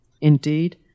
Indeed